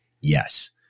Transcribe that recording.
yes